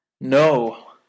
No